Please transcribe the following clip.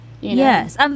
yes